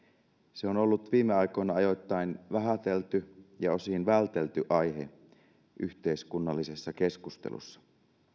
se on ollut viime aikoina ajoittain vähätelty ja osin vältelty aihe yhteiskunnallisessa keskustelussa